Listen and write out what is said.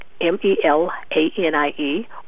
M-E-L-A-N-I-E